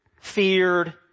feared